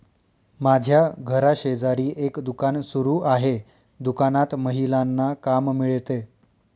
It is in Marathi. माझ्या घराशेजारी एक दुकान सुरू आहे दुकानात महिलांना काम मिळते